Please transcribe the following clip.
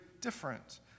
different